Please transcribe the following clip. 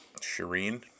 Shireen